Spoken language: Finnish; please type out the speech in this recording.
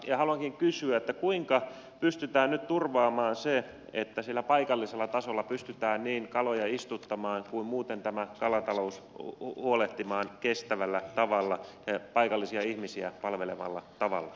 haluankin kysyä kuinka pystytään nyt turvaamaan se että siellä paikallisella tasolla pystytään niin kaloja istuttamaan kuin muuten huolehtimaan tästä kalataloudesta kestävällä tavalla paikallisia ihmisiä palvelevalla tavalla